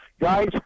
guys